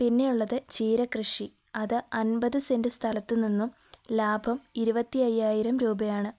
പിന്നെയുള്ളത് ചീരകൃഷി അത് അൻപത് സെൻറ് സ്ഥലത്തു നിന്നും ലാഭം ഇരുപത്തി അയ്യായിരം രൂപയാണ്